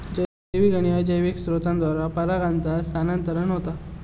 जैविक आणि अजैविक स्त्रोतांद्वारा परागांचा स्थानांतरण होता